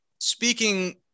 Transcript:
Speaking